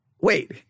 Wait